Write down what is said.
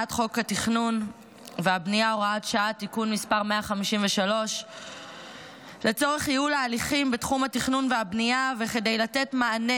הצעת חוק התכנון והבנייה (הוראת שעה) (תיקון מס' 153). לצורך ייעול ההליכים בתחום התכנון והבנייה וכדי לתת מענה